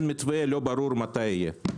לא ברור מתי יהיה.